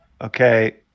Okay